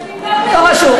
לא חשוב,